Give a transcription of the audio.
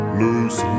lose